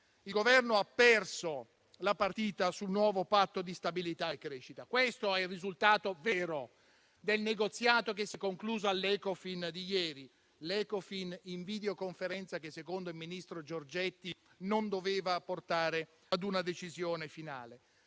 il Governo ha perso la partita sul nuovo Patto di stabilità e crescita. Questo è il risultato vero del negoziato che si è concluso all'Ecofin di ieri in videoconferenza, che secondo il ministro Giorgetti non doveva portare ad una decisione finale.